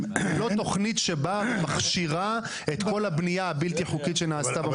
לא תוכנית שבאה ומכשירה את כל הבנייה הבלתי חוקית שנעשתה במקום.